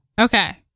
Okay